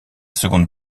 seconde